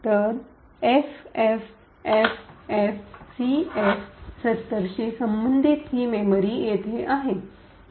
तर एफएफएफएफसीएफ७० शी संबंधित ही मेमरी येथे आहे